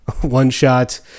one-shot